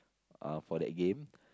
uh for that game